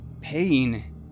Pain